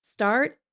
Start